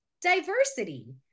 diversity